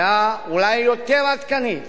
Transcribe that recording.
ואולי יותר עדכנית